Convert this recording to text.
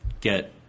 Get